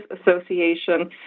association